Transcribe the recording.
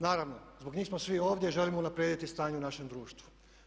Naravno, zbog njih smo svi ovdje, želimo unaprijediti stanje u našem društvu.